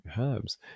herbs